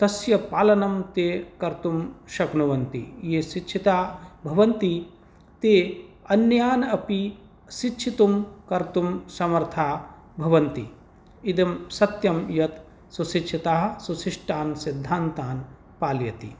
तस्य पालनं ते कर्तुं शक्नुवन्ति ये शिक्षिताः भवन्ति ते अन्यान् अपि शिक्षितुं कर्तुं समर्थाः भवन्ति इदं सत्यं यत् सुशिक्षिताः सुशिष्टान् सिद्धान्तान् पालयन्ति